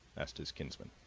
asked his kinsman.